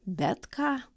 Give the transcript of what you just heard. bet ką